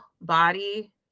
body